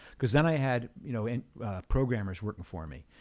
because then i had you know and programmers working for me,